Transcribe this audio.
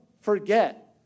forget